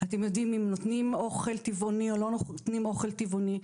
אם נותנים או לא נותנים אוכל טבעוני.